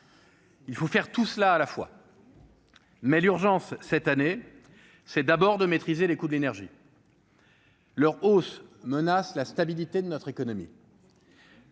il faut faire tout cela à la fois, mais l'urgence, cette année, c'est d'abord de maîtriser les coûts de l'énergie. Leur hausse menace la stabilité de notre économie.